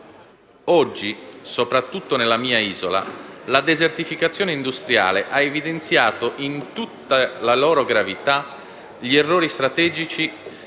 Oggi, soprattutto nella mia isola, la desertificazione industriale ha evidenziato, in tutta la loro gravità, gli errori strategici